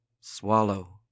Swallow